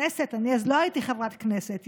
אני אז לא הייתי חברת כנסת,